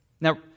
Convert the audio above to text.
Now